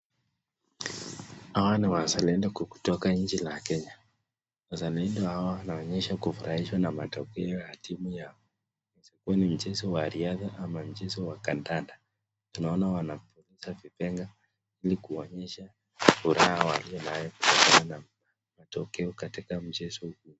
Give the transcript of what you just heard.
Hawa ni wazalendo kutoka nchi ya kenya. Wazalendo hawa wanaonyesha kufurahishwa na matokeo ya timu yao kwani mchezo wa riadha ama mchezo wa kandanda. Tunaona wanapuliza vipenga ili kuonyesha furaha walio nayo kutokana na matokeo katika mchezo huu.